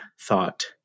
thought